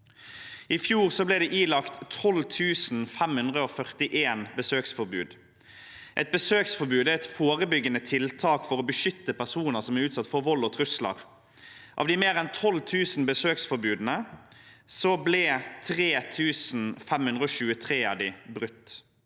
I fjor ble det ilagt 12 541 besøksforbud. Et besøksforbud er et forebyggende tiltak for å beskytte personer som er utsatt for vold og trusler. Av de mer enn 12 000 besøksforbudene ble 3 523 av dem brutt.